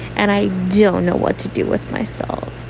and i don't know what to do with myself.